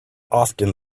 often